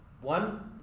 One